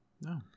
No